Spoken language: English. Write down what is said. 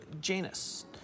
Janus